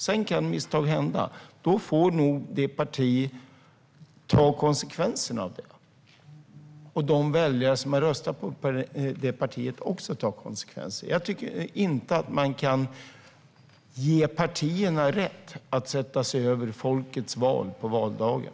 Sedan kan misstag hända, och då får nog partiet och de väljare som har röstat på det ta konsekvenserna av detta. Jag tycker inte att man kan ge partierna rätt att sätta sig över folkets val på valdagen.